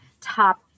top